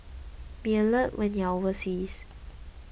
be alert when you are overseas